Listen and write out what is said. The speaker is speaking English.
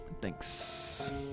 Thanks